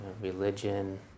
religion